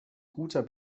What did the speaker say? guter